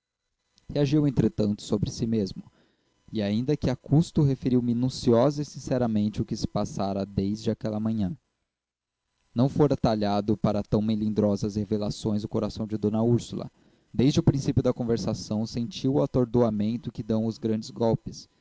passado reagiu entretanto sobre si mesmo e ainda que a custo referiu minuciosa e sinceramente o que se passara desde aquela manhã não fora talhado para tão melindrosas revelações o coração de d úrsula desde o princípio da conversação sentiu o atordoamento que dão os grandes golpes